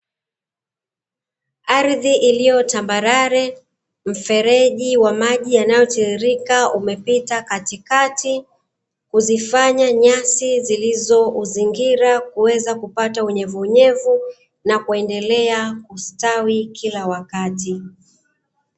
Ardhi iliyo tambarale, mfereji wa maji yanayotiririka umepita katikati, kuzifanya nyasi zilizouzingira kuweza kupata unyevunyevu, na kuendelea kustawi kila wakati.